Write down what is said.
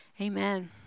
Amen